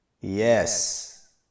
Yes